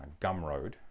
Gumroad